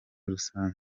rusange